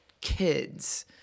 kids